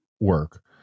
work